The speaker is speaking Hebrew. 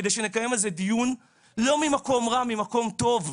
כדי שנקיים על זה דיון לא ממקום רע, ממקום טוב.